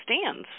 stands